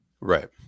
Right